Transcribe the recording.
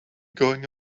going